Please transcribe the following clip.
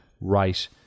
right